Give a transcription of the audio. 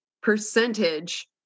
percentage